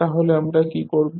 তাহলে আমরা কী করব